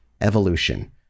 evolution